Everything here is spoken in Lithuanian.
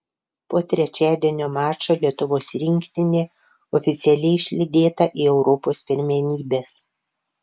po trečiadienio mačo lietuvos rinktinė oficialiai išlydėta į europos pirmenybes